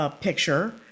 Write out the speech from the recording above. picture